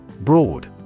Broad